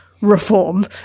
Reform